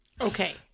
Okay